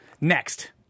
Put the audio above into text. Next